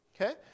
okay